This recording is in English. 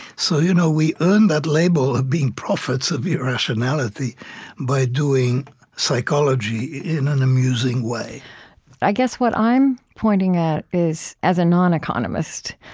so you know we earned that label of being prophets of irrationality by doing psychology in an amusing way i guess what i'm pointing at is, as a non-economist,